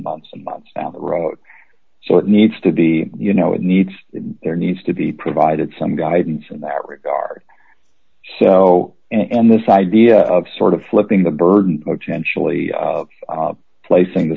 months and months down the road so it needs to be you know it needs there needs to be provided some guidance in that regard and this idea of sort of flipping the bird or potentially placing the